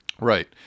Right